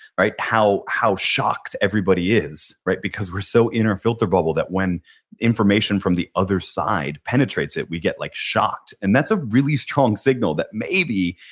like how how shocked everybody is because we're so in our filter bubble that when information from the other side penetrates it we get like shocked. and that's a really strong signal that maybe,